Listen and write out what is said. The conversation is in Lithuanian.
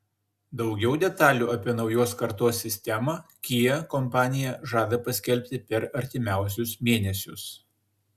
daugiau detalių apie naujos kartos sistemą kia kompanija žada paskelbti per artimiausius mėnesius